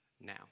now